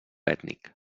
ètnic